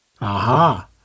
Aha